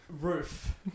roof